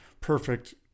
perfect